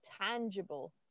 tangible